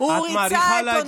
הוא ריצה את עונשו.